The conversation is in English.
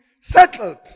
settled